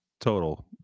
total